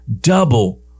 double